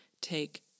take